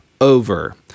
over